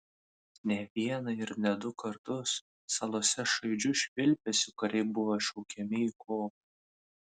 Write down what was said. ne vieną ir ne du kartus salose šaižiu švilpesiu kariai buvo šaukiami į kovą